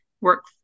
work